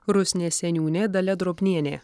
rusnės seniūnė dalia drobnienė